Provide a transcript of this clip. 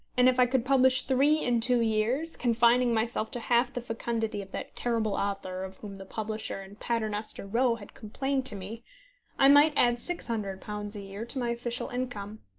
and if i could publish three in two years confining myself to half the fecundity of that terrible author of whom the publisher in paternoster row had complained to me i might add six hundred pounds a-year to my official income.